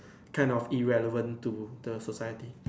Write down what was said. kind of irrelevant to the society